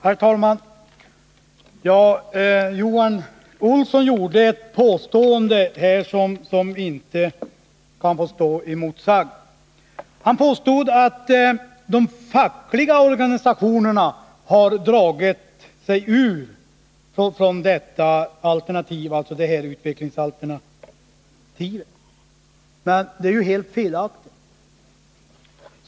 Herr talman! Johan Olsson gjorde ett påstående här som inte kan få stå oemotsagt. Han påstod, att de fackliga organisationerna har dragit sig ur detta utvecklingsalternativ, men det är ju helt felaktigt.